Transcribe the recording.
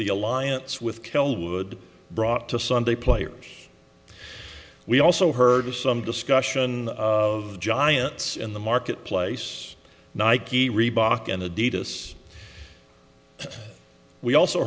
the alliance with kell would brought to sunday players we also heard of some discussion of the giants in the market place nike reebok and adidas we also